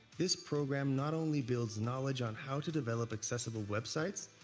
this program not only builds knowledge on how to develop accessible websites,